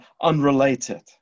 unrelated